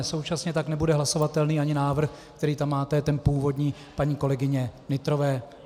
Současně tak nebude hlasovatelný ani návrh, který tam máte ten původní, paní kolegyně Nytrové.